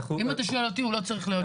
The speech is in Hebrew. אם אתה שואל אותי, הוא לא צריך להיות שם.